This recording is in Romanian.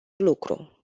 lucru